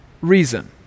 reason